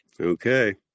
Okay